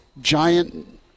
giant